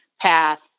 path